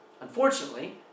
Unfortunately